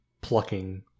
plucking